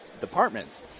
departments